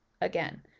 Again